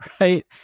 right